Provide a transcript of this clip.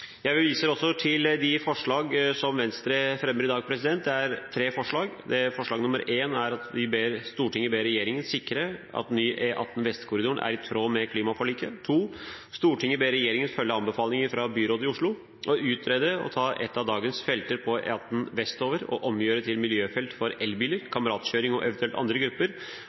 Jeg viser også til de tre forslagene som Venstre fremmer i dag. Forslag nr. 1 lyder: «Stortinget ber regjeringen sikre at ny E18 Vestkorridoren er i tråd med klimaforliket.» Forslag nr. 2 lyder: «Stortinget ber regjeringen følge anbefalingen fra byrådet i Oslo og utrede å ta ett av dagens felter på E18 vestover og omgjøre til miljøfelt for elbiler, kameratkjøring og eventuelt andre grupper.»